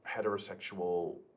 heterosexual